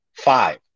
five